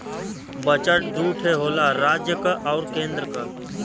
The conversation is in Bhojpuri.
बजट दू ठे होला राज्य क आउर केन्द्र क